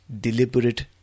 deliberate